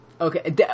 Okay